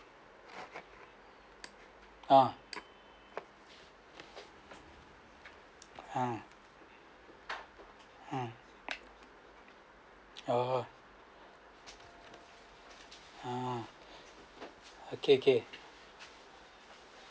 ah ah mm oh mm okay okay